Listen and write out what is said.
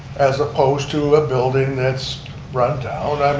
as opposed to a building that's run down. i